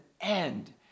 end